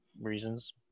reasons